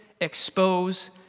expose